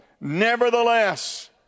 nevertheless